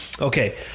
Okay